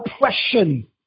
oppression